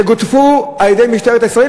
שגודפו על-ידי משטרת ישראל,